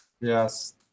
Yes